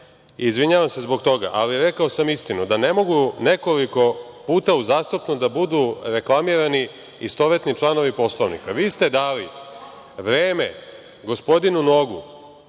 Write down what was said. Izvinjavam se zbog toga, ali rekao sam istinu da ne mogu nekoliko puta uzastopno da budu reklamirani istovetni članovi Poslovnika. Vi ste dali vreme gospodinu Nogu